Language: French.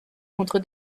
contre